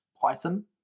python